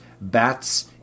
bats